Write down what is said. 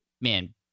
man –